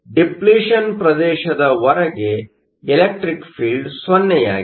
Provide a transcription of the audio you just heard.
depletion ಪ್ರದೇಶದ ಹೊರಗೆ electric ಫೀಲ್ಡ್Electreic field 0 ಸೊನ್ನೆಯಾಗಿದೆ